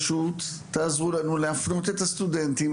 תעזרו לנו ותפנו אלינו את הסטודנטים.